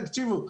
תקשיבו,